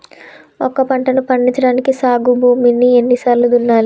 ఒక పంటని పండించడానికి సాగు భూమిని ఎన్ని సార్లు దున్నాలి?